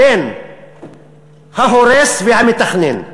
בין ההורס והמתכנן.